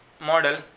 model